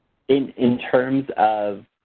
in in terms of